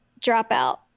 Dropout